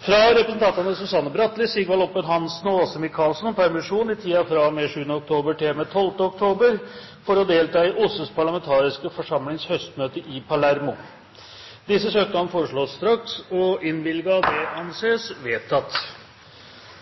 fra representantene Susanne Bratli, Sigvald Oppebøen Hansen og Åse Michaelsen om permisjon i tiden fra og med 7. oktober til og med 12. oktober for å delta i OSSEs parlamentariske forsamlings høstmøte i Palermo Etter forslag fra presidenten ble enstemmig besluttet: Søknadene behandles straks og